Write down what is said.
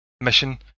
mission